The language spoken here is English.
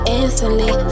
instantly